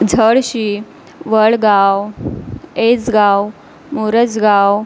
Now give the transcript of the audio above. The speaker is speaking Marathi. झडशी वळगाव एजगाव मुरजगाव